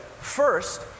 First